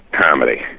comedy